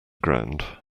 ground